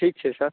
ठीक छै सर